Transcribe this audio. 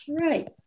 Right